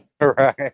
Right